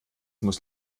muss